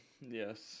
yes